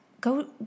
Go